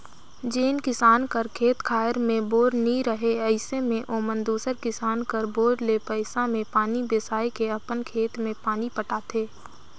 जेन किसान कर खेत खाएर मे बोर नी रहें अइसे मे ओमन दूसर किसान कर बोर ले पइसा मे पानी बेसाए के अपन खेत मे पानी पटाथे